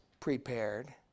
Prepared